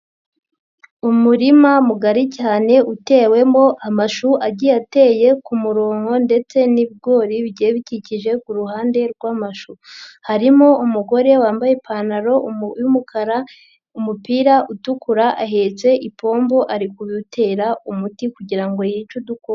Umurima mugari cyane utewemo amashu agiye ateye kumurongo ndetse n'ibigori bigiye bikikije ku ruhande rw'amashu, harimo umugore wambaye ipantaro y'umukara, umupira utukura, ahetse ipombo ari gutera umuti kugira ngo yice udukoko.